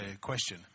question